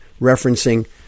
referencing